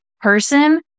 person